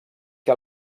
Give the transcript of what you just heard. que